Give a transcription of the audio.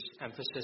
emphasis